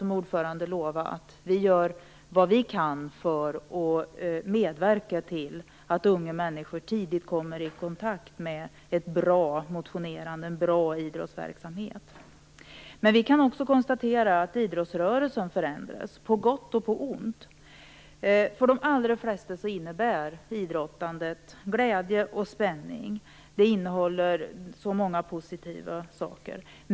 Som ordförande kan jag lova att vi gör vad vi kan för att medverka till att unga människor tidigt kommer i kontakt med god motion och en bra idrottsverksamhet. Också idrottsrörelsen förändras, både på gott och på ont. För de allra flesta innebär idrottandet glädje och spänning. Det innehåller många positiva saker.